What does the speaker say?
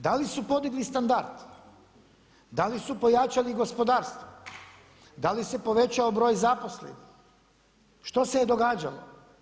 Da li su podigli standard, da li su pojačali gospodarstvo, da li se povećao broj zaposlenih, što se je događalo?